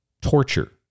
torture